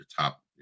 top